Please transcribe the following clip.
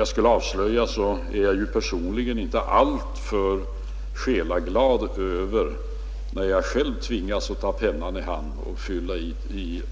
Jag kan ju avslöja att jag personligen inte är alltför själaglad när jag tvingas ta pennan i hand och fylla i